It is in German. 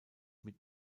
mit